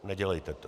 Nedělejte to.